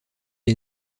est